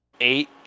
eight